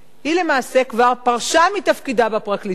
היא למעשה כבר פרשה מתפקידה בפרקליטות אז,